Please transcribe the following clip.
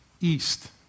east